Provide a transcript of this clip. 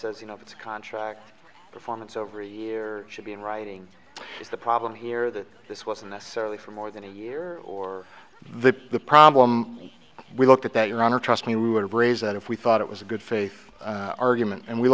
says you know it's a contract performance over a year should be in writing is the problem here that this was unnecessarily for more than a year or the the problem we looked at that your honor trust me we would raise that if we thought it was a good faith argument and we